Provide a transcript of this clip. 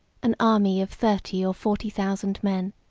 an army of thirty or forty thousand men,